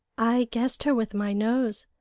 i guessed her with my nose,